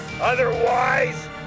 Otherwise